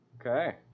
Okay